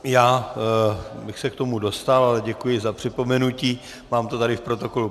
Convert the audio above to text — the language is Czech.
Já bych se k tomu dostal, ale děkuji za připomenutí, mám to tady v protokolu.